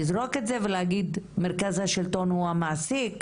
לזרוק את זה ולהגיד "המרכז לשלטון מקומי הוא המעסיק",